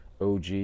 OG